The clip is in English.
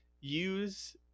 use